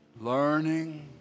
Learning